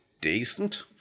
decent